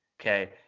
okay